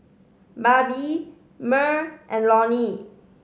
Barbie Merl and Loni